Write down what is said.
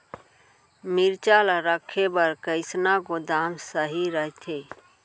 मिरचा ला रखे बर कईसना गोदाम सही रइथे?